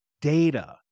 data